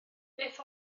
beth